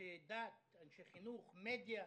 אנשי דת, אנשי חינוך, מדיה,